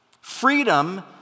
Freedom